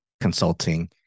consulting